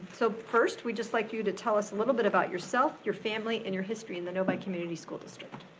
so first we'd just like you to tell us a little bit about yourself, your family and your history in the novi community school district.